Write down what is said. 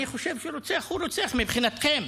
אני חושב שרוצח הוא רוצח מבחינתכם,